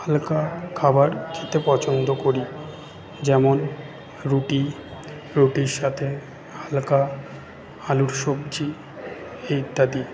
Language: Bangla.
হালকা খাবার খেতে পছন্দ করি যেমন রুটি রুটির সাথে হালকা আলুর সবজি ইত্যাদি